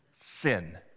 Sin